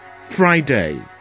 Friday